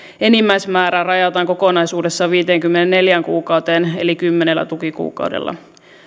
enimmäismäärä rajataan kokonaisuudessaan viiteenkymmeneenneljään kuukauteen eli kymmenellä tukikuukaudella